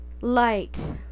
light